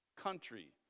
country